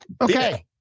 okay